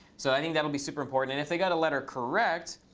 so i think that will be super important. and if they got a letter correct,